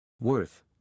Worth